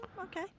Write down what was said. Okay